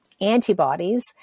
antibodies